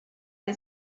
que